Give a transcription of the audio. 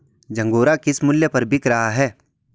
झंगोरा किस मूल्य पर बिक रहा है?